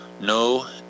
No